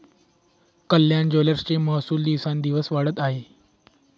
कल्याण ज्वेलर्सचा महसूल दिवसोंदिवस वाढत आहे